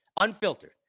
Unfiltered